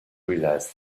realise